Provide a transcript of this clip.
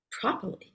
properly